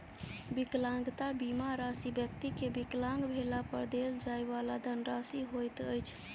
विकलांगता बीमा राशि व्यक्ति के विकलांग भेला पर देल जाइ वाला धनराशि होइत अछि